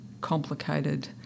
complicated